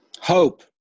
hope